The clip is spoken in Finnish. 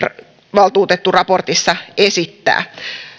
valtuutettu raportissa esittää